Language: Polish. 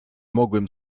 mogłem